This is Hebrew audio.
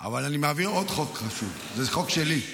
אבל אני מעביר עוד חוק, זה חוק שלי.